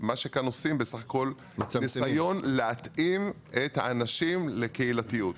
מה שעושים כאן זה בסך הכול ניסיון להתאים את האנשים לקהילתיות.